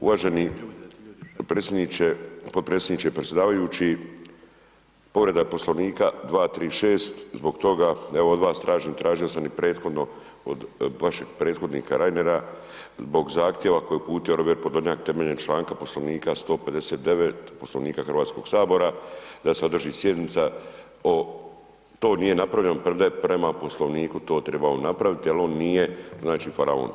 Uvaženi predsjedniče, potpredsjedniče, predsjedavajući, povreda poslovnika 236. zbog toga, evo od vas tražim, tražio sam i prethodno od vašeg prethodnika Reinera, zbog zahtjeva koji je uputio Robert Podolnjak temeljem članak poslovnika 159. poslovnika Hrvatskog sabora da se održi sjednica, o. To nije napravljeno, premda je prema poslovniku to trebalo napraviti, ali on nije znači faraon.